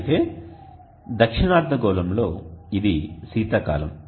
అయితే దక్షిణ అర్ధగోళంలో ఇది శీతాకాలం